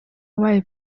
wabaye